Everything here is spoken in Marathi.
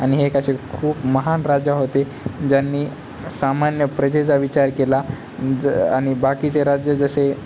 आणि हे एक असे खूप महान राजा होते ज्यांनी सामान्य प्रजेचा विचार केला ज आणि बाकीचे राज्य जसे